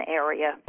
area